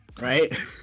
Right